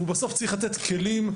והוא צריך לתת כלים,